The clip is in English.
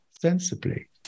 sensibly